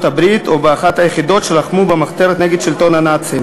הברית או באחת היחידות שלחמו במחתרת נגד שלטון הנאצים,